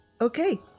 Okay